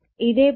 ഇതേ പോലെ